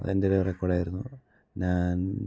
അതെൻ്റെ ഒരു റെക്കോഡായിരുന്നു ഞാൻ